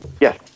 Yes